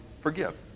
forgive